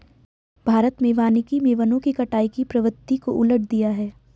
भारत में वानिकी मे वनों की कटाई की प्रवृत्ति को उलट दिया है